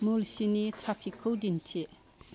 मुलसिनि ट्राफिकखौ दिन्थि